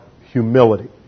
humility